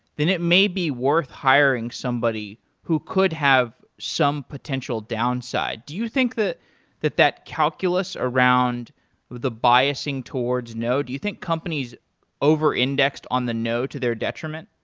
then it may be worth hiring somebody who could have some potential downside. do you think hat that that calculus around the biasing towards no. do you think companies over-index on the no to their detriment?